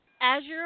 Azure